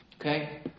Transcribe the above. Okay